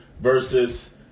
Versus